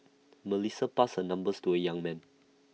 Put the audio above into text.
Melissa passed her numbers to A young man